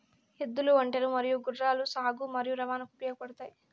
ఎద్దులు, ఒంటెలు మరియు గుర్రాలు సాగు మరియు రవాణాకు ఉపయోగపడుతాయి